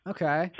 Okay